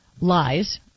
lies